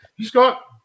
Scott